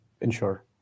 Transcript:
ensure